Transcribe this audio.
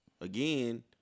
again